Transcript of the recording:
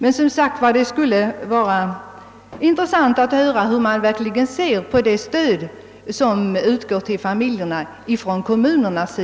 Jag upprepar att det skulle vara intressant att höra hur man inom centerpartiet ser på det kommunala stöd som skall utgå till familjer med svag ekonomi.